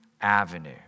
Avenue